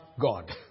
God